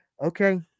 okay